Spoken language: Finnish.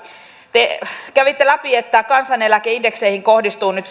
te kävitte läpi että kansaneläkeindekseihin kohdistuu nyt